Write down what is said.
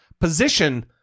position